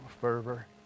fervor